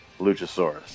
Luchasaurus